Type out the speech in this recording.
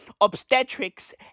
obstetrics